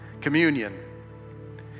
communion